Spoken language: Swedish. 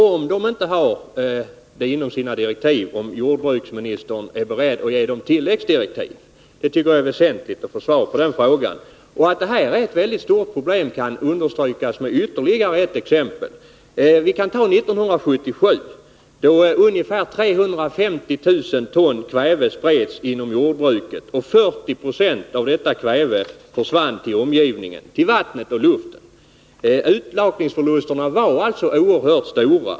Om den inte har den möjligheten, är jordbruksministern då beredd att ge den tilläggsdirektiv? Att detta är ett stort problem kan understrykas med ytterligare ett exempel. År 1977 spreds inom jordbruket ungefär 350 000 ton kväve. Härav 61 försvann 40 26 ut i omgivningen, till vattnet och luften. Utlakningsförlusterna var alltså oerhört stora.